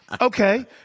Okay